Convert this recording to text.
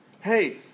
Hey